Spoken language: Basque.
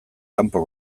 kanpo